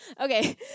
Okay